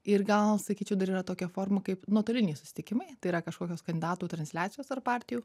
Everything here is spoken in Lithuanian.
ir gal sakyčiau dar yra tokia forma kaip nuotoliniai susitikimai tai yra kažkokios kandidatų transliacijos ar partijų